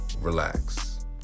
Relax